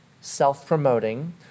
self-promoting